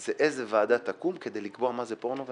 זה איזו ועדה תקום כדי לקבוע מה זה פורנו,